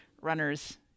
runners